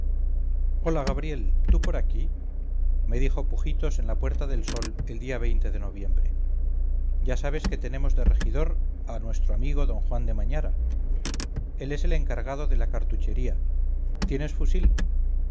hola gabriel tú por aquí me dijo pujitos en la puerta del sol el día de noviembre ya sabes que tenemos de regidor a nuestro amigo d juan de mañara él es el encargado de la cartuchería tienes fusil